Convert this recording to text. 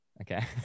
Okay